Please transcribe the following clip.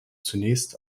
zunächst